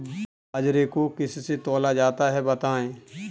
बाजरे को किससे तौला जाता है बताएँ?